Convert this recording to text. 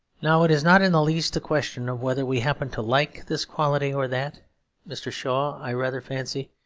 now, it is not in the least a question of whether we happen to like this quality or that mr. shaw, i rather fancy,